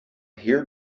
here